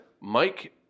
Mike